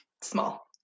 small